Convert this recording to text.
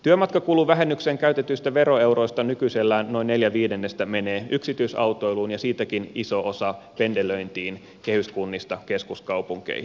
työmatkakuluvähennykseen käytetyistä veroeuroista nykyisellään noin neljä viidennestä menee yksityisautoiluun ja siitäkin iso osa pendelöintiin kehyskunnista keskuskaupunkeihin